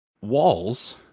walls